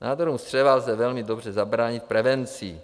Nádorům střeva lze velmi dobře zabránit prevencí.